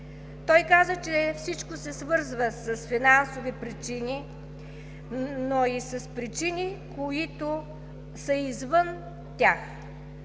Той каза, че всичко се свързва с финансови причини, но и с причини, които са извън тях.